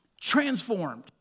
transformed